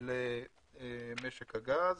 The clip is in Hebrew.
למשק הגז.